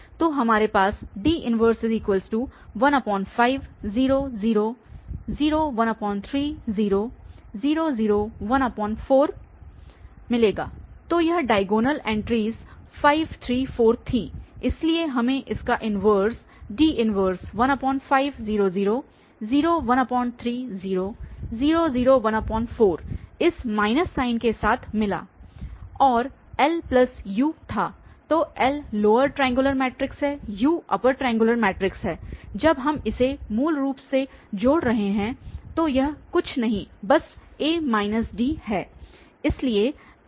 तो हमारे पास D 115 0 0 0 13 0 0 0 14 तो यह डायगोनल एंट्रीस 5 3 4 थीं इसलिए हमें इसका इन्वर्स D 115 0 0 0 13 0 0 0 14 इस माइनस साइन के साथ मिला और LU था तो L लोअर ट्राइऐंग्युलर मैट्रिक्स है U अपर ट्राइऐंग्युलर मैट्रिक्स है जब हम इसे मूल रूप से जोड़ रहे हैं तो यह कुछ नहीं बस A D है